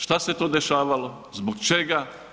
Šta se to dešavalo, zbog čega?